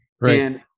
Right